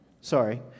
Sorry